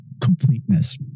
completeness